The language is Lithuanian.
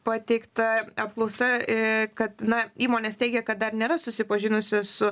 pateikta apklausa į kad na įmonės teigia kad dar nėra susipažinusi su